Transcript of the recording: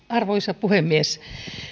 arvoisa puhemies